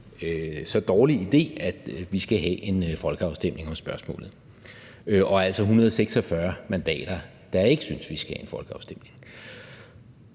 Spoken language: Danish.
så dårlig idé, at vi skal have en folkeafstemning om spørgsmålet, og der er altså 146 mandater, der ikke synes, vi skal have en folkeafstemning.